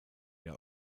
der